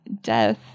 death